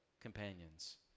companions